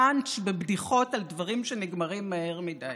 פאנץ' בבדיחות על דברים שנגמרים מהר מדי.